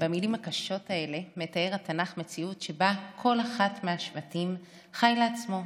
במילים הקשות האלה מתאר התנ"ך מציאות שבה כל אחד מהשבטים חי לעצמו,